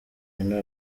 ino